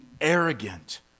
arrogant